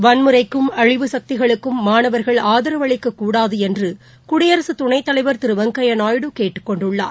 வன்முறைக்கும் அழிவு சக்திகளுக்கும் மாணவர்கள் ஆதரவு அளிக்கக்கூடாது என்று குடியரசுத் துணைத் தலைவர் திரு வெங்கையா நாயுடு கேட்டுக்கொண்டுள்ளார்